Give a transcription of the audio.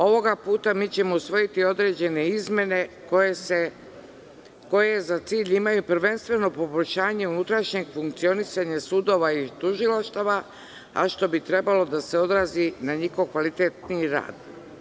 Ovoga puta mi ćemo usvojiti određene izmene koje za cilj imaju prvenstveno poboljšanje unutrašnjeg funkcionisanja sudova i tužilaštava, a što bi trebalo da se odrazi na njihov kvalitetniji rad.